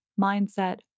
mindset